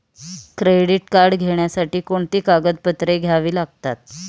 Credit card घेण्यासाठी कोणती कागदपत्रे घ्यावी लागतात?